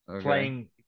playing